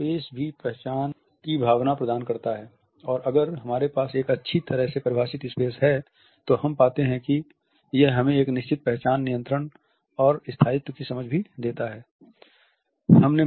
तो स्पेस भी पहचान की भावना प्रदान करता है और अगर हमारे पास एक अच्छी तरह से परिभाषित स्पेस है तो हम पाते हैं कि यह हमें एक निश्चित पहचान नियंत्रण और स्थायित्व की समझ भी देता है